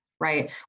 Right